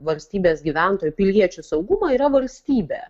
valstybės gyventojų piliečių saugumą yra valstybė